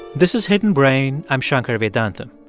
this is hidden brain. i'm shankar vedantam.